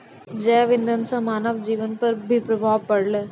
जैव इंधन से मानव जीबन पर भी प्रभाव पड़लै